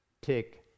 take